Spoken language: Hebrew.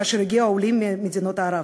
כאשר הגיעו העולים ממדינות ערב.